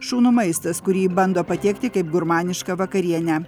šunų maistas kurį bando pateikti kaip gurmanišką vakarienę